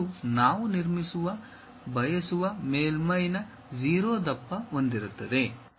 ಇದು ನಾವು ನಿರ್ಮಿಸಲು ಬಯಸುವ ಮೇಲ್ಮೈ 0 ದಪ್ಪ ಹೊಂದಿರುತ್ತದೆ